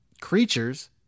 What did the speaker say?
creatures